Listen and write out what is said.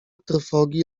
trwogi